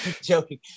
joking